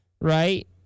right